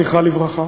זכרה לברכה,